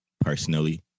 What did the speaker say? personally